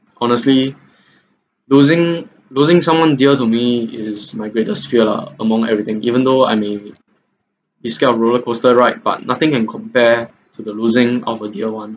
honestly losing losing someone dear to me is my greatest fear lah among everything even though I may is scared of roller coaster ride but nothing can compare to the losing of a dear one